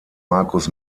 marcus